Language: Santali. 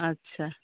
ᱟᱪᱪᱷᱟ